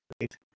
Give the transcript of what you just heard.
right